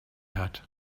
hat